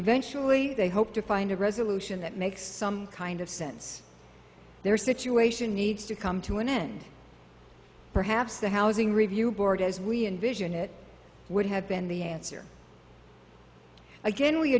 eventually they hope to find a resolution that makes some kind of sense their situation needs to come to an end perhaps the housing review board as we envision it would have been the answer again we